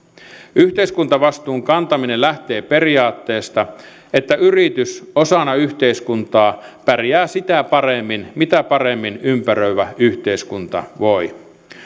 yhteiskuntavastuun kantaminen lähtee periaatteesta että yritys osana yhteiskuntaa pärjää sitä paremmin mitä paremmin ympäröivä yhteiskunta voi